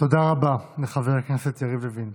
תודה רבה לחבר הכנסת יריב לוין.